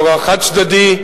באורח חד-צדדי,